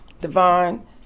Devon